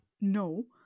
No